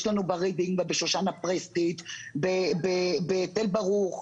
יש לנו ברידינג, בשושנה פרסיץ, בתל ברוך,